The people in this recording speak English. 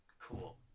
Cool